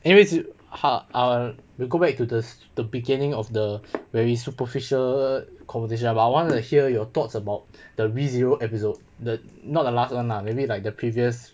eh wait so !huh! we go back to the beginning of the very superficial conversations but I wanted to hear your thoughts about the zero episode the not the last [one] lah maybe like the previous